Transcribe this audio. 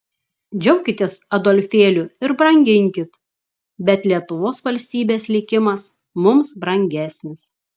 džiaukitės adolfėliu ir branginkit bet lietuvos valstybės likimas mums brangesnis